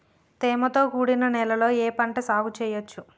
తేమతో కూడిన నేలలో ఏ పంట సాగు చేయచ్చు?